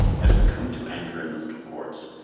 as we come to anchor in the little ports,